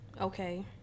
Okay